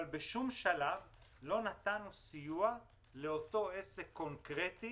אבל בשום שלב לא נתנו סיוע לעסק קונקרטי